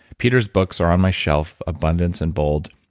peter's books are on my shelf, abundance and bold,